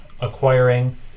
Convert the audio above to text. acquiring